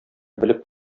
белеп